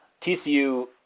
TCU